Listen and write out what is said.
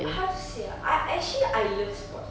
how to say ah I actually I love sport